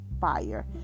fire